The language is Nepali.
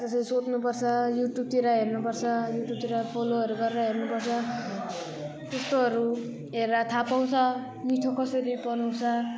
जस्तो सोध्नुपर्छ युट्युबतिर हेर्नुपर्छ युट्युबतिर फलोहरू गरेर हेर्नुपर्छ त्यस्तोहरू हेरेर थाहा पाउँछ मिठो कसरी बनाउँछ